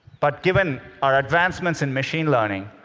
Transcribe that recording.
but given our advancements in machine learning,